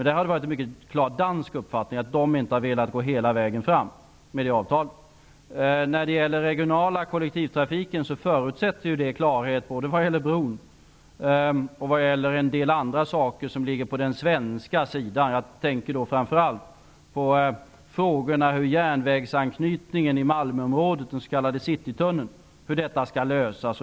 Det har varit en mycket klar dansk uppfattning att man inte har velat gå hela vägen fram med det avtalet. När det gäller den regionala kollektivtrafiken förutsätts ju klarhet både vad gäller bron och vad gäller en del andra saker som ligger på den svenska sidan. Jag tänker framför allt på hur frågor om järnvägsanknytningen i Malmöområdet, den s.k. Citytunneln, skall lösas.